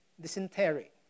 dysentery